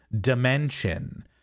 dimension